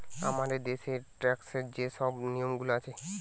আমাদের দ্যাশের ট্যাক্সের যে শব নিয়মগুলা আছে